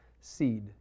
seed